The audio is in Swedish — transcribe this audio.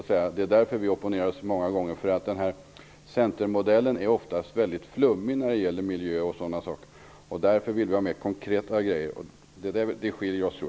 Att vi många gånger har opponerat oss beror på att Centermodellen i miljöfrågor och liknande frågor ofta är mycket flummig. Vi vill ha mera konkreta åtgärder.